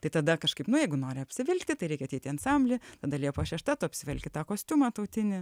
tai tada kažkaip na jeigu nori apsivilkti tai reikia ateit į ansamblį tada liepos šešta tu apsivelki tą kostiumą tautinį